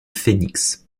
phoenix